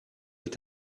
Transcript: est